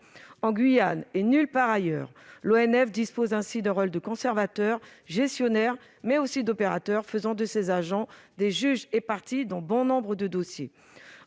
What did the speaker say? en Guyane, et nulle part ailleurs, d'un rôle de conservateur gestionnaire, mais aussi d'opérateur, ce qui fait de ses agents des juges et parties dans bon nombre de dossiers.